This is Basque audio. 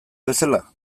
bezala